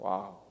Wow